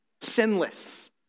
sinless